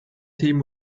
team